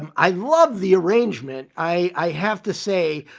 um i loved the arrangement. i have to say,